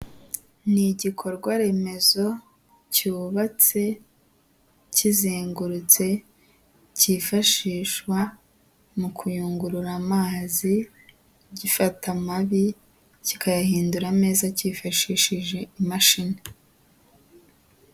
Ni igikorwa remezo cyubatse, kizengurutse, cyifashishwa mu kuyungurura amazi, gifata amabi, kikayahindura ameza, cyifashishije imashini.